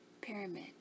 Pyramid